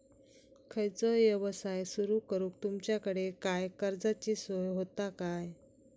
खयचो यवसाय सुरू करूक तुमच्याकडे काय कर्जाची सोय होता काय?